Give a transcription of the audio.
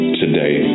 today